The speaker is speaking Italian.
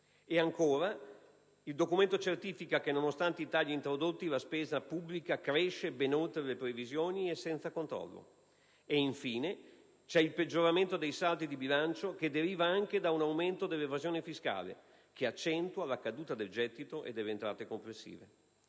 Inoltre, il Documento certifica che, nonostante i tagli introdotti, la spesa pubblica cresce ben oltre le previsioni e senza controlli. Infine, assistiamo a un peggioramento dei saldi di bilancio, che deriva anche da un aumento dell'evasione fiscale, che accentua la caduta del gettito e delle entrate complessive.